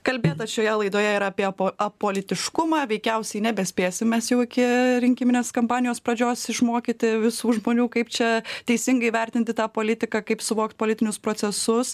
kalbėta šioje laidoje ir apie apolitiškumą veikiausiai nebespėsim mes jau iki rinkiminės kampanijos pradžios išmokyti visų žmonių kaip čia teisingai vertinti tą politiką kaip suvokt politinius procesus